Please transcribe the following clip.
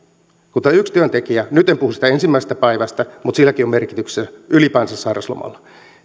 tämä yksi työntekijä on sairauslomalla ja nyt en puhu siitä ensimmäisestä päivästä mutta silläkin on merkityksensä ylipäänsä sairauslomalla